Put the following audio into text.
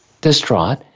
distraught